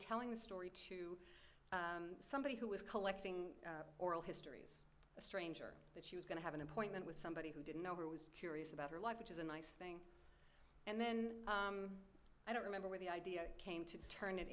telling the story somebody who was collecting oral histories a stranger that she was going to have an appointment with somebody who didn't know her was curious about her life which is a nice thing and then i don't remember where the idea came to turn it